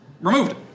removed